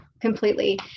completely